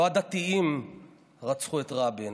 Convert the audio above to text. לא הדתיים רצחו את רבין.